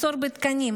מחסור בתקנים,